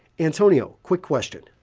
antonio, quick question.